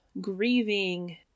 grieving